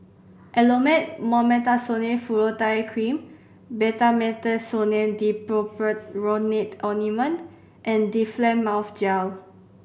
Elomet Mometasone Furoate Cream Betamethasone Dipropionate Ointment and Difflam Mouth Gel